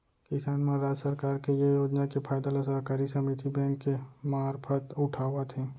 किसान मन राज सरकार के ये योजना के फायदा ल सहकारी समिति बेंक के मारफत उठावत हें